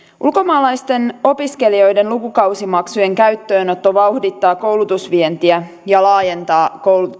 ulkomaalaisten opiskelijoiden lukukausimaksujen käyttöönotto vauhdittaa koulutusvientiä ja laajentaa